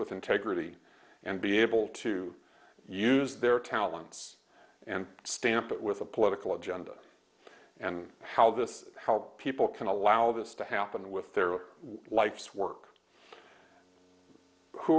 with integrity and be able to use their talents and stamp it with a political agenda and how this how people can allow this to happen with their life's work who